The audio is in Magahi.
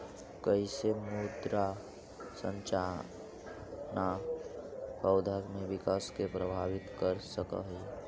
कईसे मृदा संरचना पौधा में विकास के प्रभावित कर सक हई?